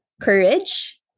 courage